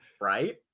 Right